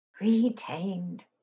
retained